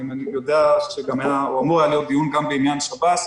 יודע שאמור היה להיות דיון גם בעניין שב"ס,